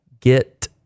get